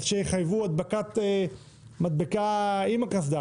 אז שיחייבו הדבקת מדבקה עם הקסדה,